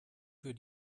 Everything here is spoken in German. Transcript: für